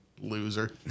Loser